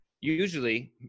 usually